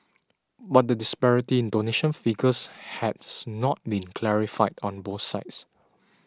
but the disparity in donation figures has not been clarified on both sides